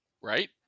Right